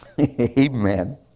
amen